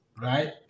right